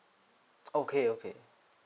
okay okay